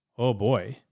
oh boy.